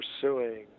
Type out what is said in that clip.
pursuing